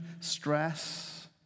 stress